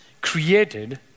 created